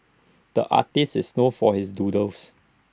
the artist is known for his doodles